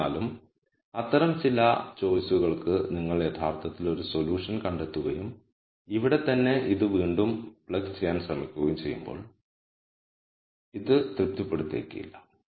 എന്നിരുന്നാലും അത്തരം ചില ചോയ്സുകൾക്ക് നിങ്ങൾ യഥാർത്ഥത്തിൽ ഒരു സൊല്യൂഷൻ കണ്ടെത്തുകയും ഇവിടെത്തന്നെ ഇത് വീണ്ടും പ്ലഗ് ചെയ്യാൻ ശ്രമിക്കുകയും ചെയ്യുമ്പോൾ അത് ഇത് തൃപ്തിപ്പെടുത്തിയേക്കില്ല